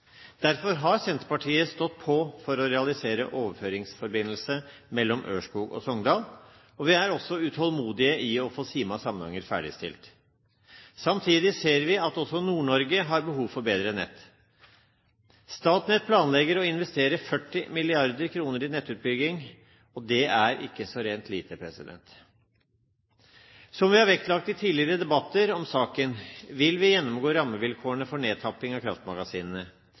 Derfor har Senterpartiet stått på for å realisere overføringsforbindelse mellom Ørskog og Sogndal, og vi er også utålmodige etter å få Sima–Samnanger ferdigstilt. Samtidig ser vi at også Nord-Norge har behov for bedre nett. Statnett planlegger å investere 40 mrd. kr i nettutbygging, og det er ikke så rent lite. Som vi har vektlagt i tidligere debatter om saken, vil vi gjennomgå rammevilkårene for nedtapping av kraftmagasinene.